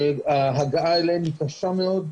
שההגעה אליהם קשה מאוד,